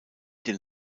den